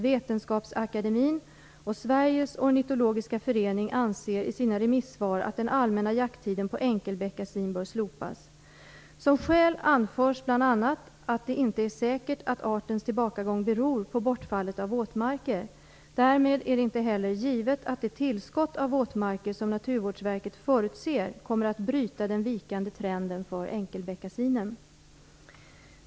Vetenskapsakademien och Sveriges ornitologiska förening anser i sina remissvar att den allmänna jakttiden på enkelbeckasin bör slopas. Som skäl anförs bl.a. att det inte är säkert att artens tillbakagång beror på bortfallet av våtmarker. Därmed är det inte heller givet att det tillskott av våtmarker som Naturvårdsverket förutser kommer att bryta den vikande trenden för enkelbeckasinen.